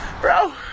Bro